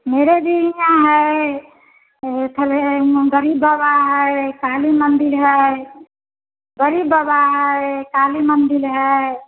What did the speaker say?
मेरे जे हियाँ है थावेनहे मुग्री बाबा है फ़ेमि मंदिर है गरीब बाबा है काली मंदिर है